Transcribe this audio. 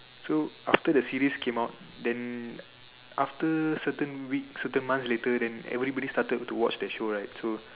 so after the series came out then after certain weeks certain months later then everybody started to watch that show right so